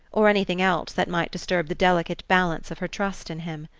or anything else that might disturb the delicate balance of her trust in him.